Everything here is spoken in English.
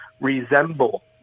resemble